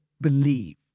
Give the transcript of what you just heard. believe